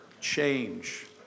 Change